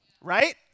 Right